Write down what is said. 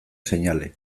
seinale